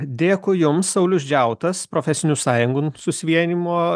dėkui jums saulius džiautas profesinių sąjungų susivienijimo